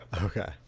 Okay